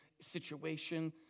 situation